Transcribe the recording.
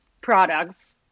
products